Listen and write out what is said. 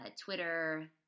twitter